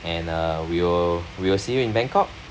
and uh we'll we'll see you in bangkok